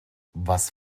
was